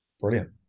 brilliant